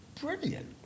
brilliant